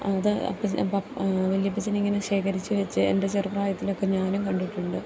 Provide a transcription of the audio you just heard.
അത് വല്യപ്പച്ഛനിങ്ങനെ ശേഖരിച്ച് വെച്ച് എൻ്റെ ചെറുപ്രായത്തിലൊക്കെ ഞാനും കണ്ടിട്ടുണ്ട്